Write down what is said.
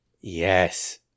Yes